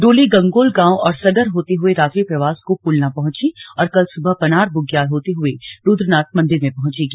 डोली गंगोल गांव और सगर होते हुए रात्रि प्रवास को पुलना पहुंची और कल सुबह पनार बुग्याल होते हुए रुद्रनाथ मंदिर में पहुचेंगी